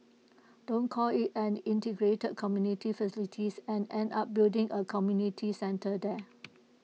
don't call IT an integrated community facilities and end up building A community centre there